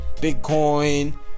Bitcoin